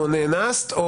או נאנסת,